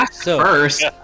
first